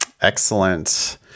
Excellent